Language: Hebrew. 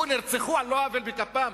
נרצחו על לא עוול בכפם.